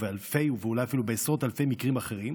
באלפי, ואולי בעשרות אלפי, מקרים אחרים,